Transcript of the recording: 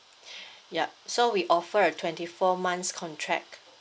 yup so we offer a twenty four months contract